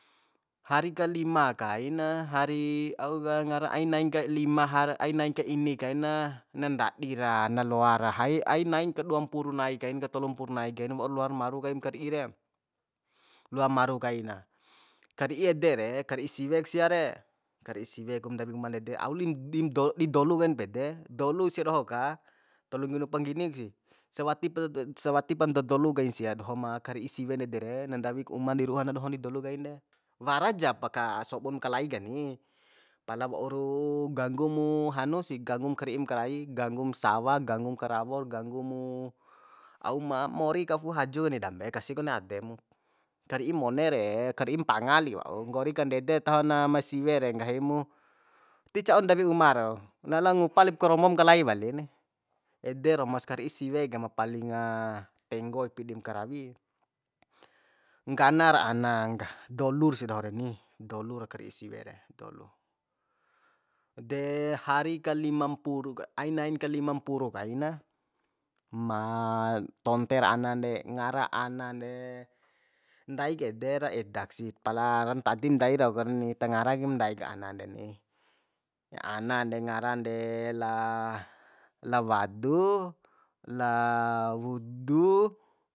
Hari kalima kaina hari auka ngara ainain ka lima ainain ka ini kai na na ndadi ra na loa ra ainain ka duam pur nai kain ka tolu mpur nai kain waur loa maru kaim kari'i re loa maru kaina kari'i ede re kari'i siwek sia re kari'i siwe kum ndawi uma ndede aulim di dolu kain pede dolu sia doho ka tolu nggini upa nggini ku si sawatip sawatipam da dolu kain sia doho ma kari'i siwe ndede re na ndawik uman diru'u ana dohon di dolu kain re warajapa ka sobun ma kalai kani pala wauru ganggu mu hanu si ganggum kari'im kalai ganggum sawa ganggum karawo ganggumu au ma mori ka fu'u haju ni dambe kasi kone ade mu kari'i mone re kari'i mpanga li wa'u nggori kandede tahona ma siwe re nggahi mu ti ca'un ndawi uma rau na lao ngupa lip karombom kalai wali ni ede romos kari'i siwe ka ma palinga tenggo ipi dim karawi nggana ra ana dolu sia doho reni dolu ra kari'i siwe re dolu de hari kalimampuru kain ainain ka lima mpuru kaina ma tonter anan de ngara anan de ndai ke ede ra edak si pala ra ntadi ndai rau kuni tangara kaim ndaik anan deni anan de ngaran de la la wadu ku la wudu